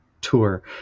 tour